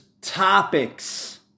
topics